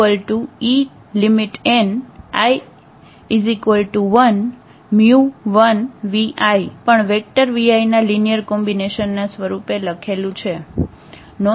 અહીં vi1n1vi પણ vector vi ના લિનિયર કોમ્બિનેશનના સ્વરૂપે લખેલું છે